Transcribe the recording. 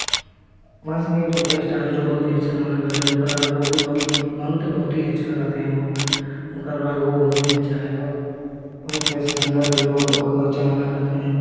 पवन सिंह एक super star हैं जो बहुत ही अच्छा गाना गाते हैं उनका राग उग भी बहुत ही अच्छा लगते हैं वह उनका राग वाग बहुत ही अच्छा है और बहुत से ऐसे सिंगर हैं जो बहुत अच्छा गाना गाते हैं